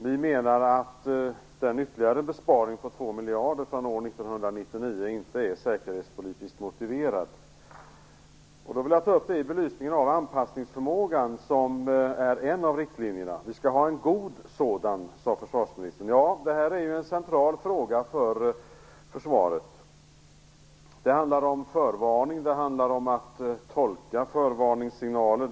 Vi menar att en ytterligare besparing på 2 miljarder från år 1999 inte är säkerhetspolitiskt motiverad. Jag vill ta upp det i belysning av anpassningsförmågan, som är en av riktlinjerna. Vi skall ha en god sådan sade försvarsministern. Ja, detta är en central fråga för försvaret. Det handlar om förvarning och om att tolka förvarningssignaler.